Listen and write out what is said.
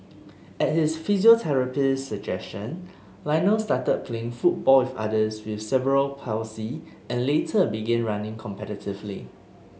at his physiotherapist's suggestion Lionel started playing football with others with cerebral palsy and later began running competitively